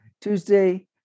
Tuesday